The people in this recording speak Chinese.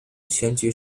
选举